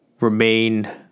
remain